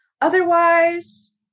Otherwise